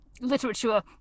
literature